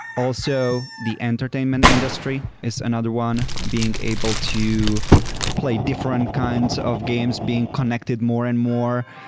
also, the entertainment industry is another one. being able to play different kinds of games, being connected more and more,